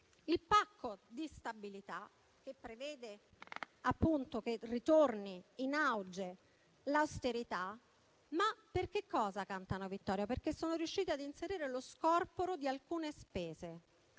il "pacco di stabilità", che prevede che torni in auge l'austerità. Perché cantano vittoria? Perché sono riusciti ad inserire lo scorporo di alcune spese.